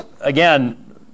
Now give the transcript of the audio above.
again